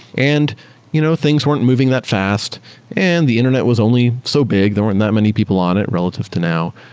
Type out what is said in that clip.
and you know. things weren't moving that fast and the internet was only so big, there weren't that many people on it relative to now.